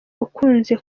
ukunze